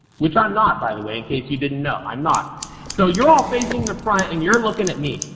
which i am not, by the way, in case you didn't know. um so, you are all facing the front and you are looking at me.